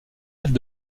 celle